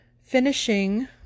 finishing